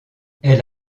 elle